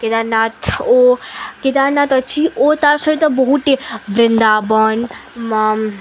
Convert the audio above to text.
କେଦାର୍ନାଥ୍ ଓ କେଦାର୍ନାଥ୍ ଅଛି ଓ ତା'ସହିତ ବହୁତ୍ଟେ ବୃନ୍ଦାବନ୍